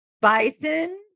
bison